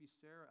Sarah